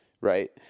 right